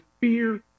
fear